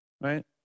Right